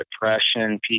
depression